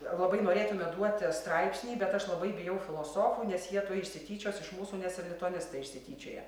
labai norėtume duoti straipsnį bet aš labai bijau filosofų nes jie tuoj išsityčios iš mūsų nes ir lituanistai išsityčioja